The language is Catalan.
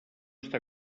està